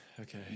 Okay